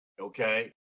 okay